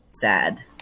sad